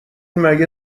مگه